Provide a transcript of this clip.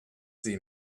sie